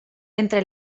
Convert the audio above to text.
entre